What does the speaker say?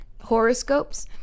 horoscopes